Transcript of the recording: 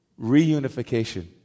reunification